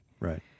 Right